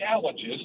challenges